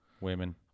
women